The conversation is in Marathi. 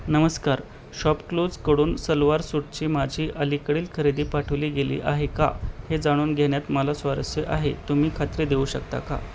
नमस्कार शॉपक्लूजकडून सलवार सूटची माझी अलीकडील खरेदी पाठवली गेली आहे का हे जाणून घेण्यात मला स्वारस्य आहे तुम्ही खात्री देऊ शकता का